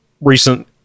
recent